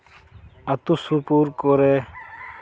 ᱟᱹᱛᱩ ᱥᱩᱯᱩᱨ ᱠᱚᱨᱮ